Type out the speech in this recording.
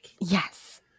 Yes